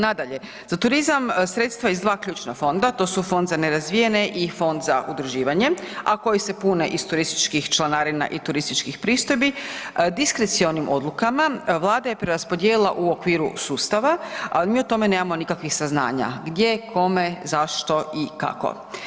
Nadalje, za turizam sredstva iz 2 ključna fonda, to su Fond za nerazvijene i Fond za udruživanje, a koji se pune iz turističkih članarina i turističkih pristojbi, diskrecionim odlukama vlada je preraspodijelila u okviru sustava, ali mi o tome nemamo nikakvih saznanja, gdje, kome, zašto i kako.